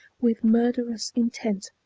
with murderous intent.